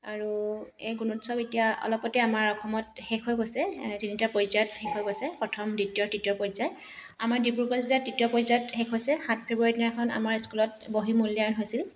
আৰু এই গুণোৎসৱ এতিয়া অলপতে আমাৰ অসমত শেষ হৈ গৈছে তিনিটা পৰ্যায়ত শেষ হৈ গৈছে প্ৰথম দ্বিতীয় তৃতীয় পৰ্যায় আমাৰ ডিব্ৰুগড় জিলাত তৃতীয় পৰ্যায়ত শেষ হৈছে সাত ফেব্ৰুৱাৰীৰ দিনাখন আমাৰ স্কুলত বহী মূল্যায়ন হৈছিল